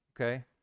okay